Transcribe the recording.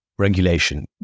regulation